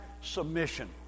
submission